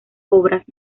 obras